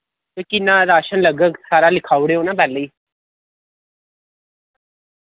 ते किन्ना राशन लग्गग सारा लिखाउड़ेओ ना पैह्ले ही